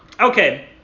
Okay